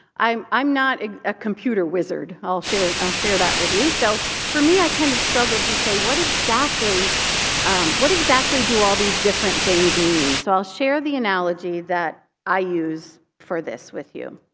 i'm i'm not a computer wizard. i'll share i'll share that with you. so for me i kind of struggled to say what exactly um what exactly do all these different things mean? so i'll share the analogy that i use for this with you.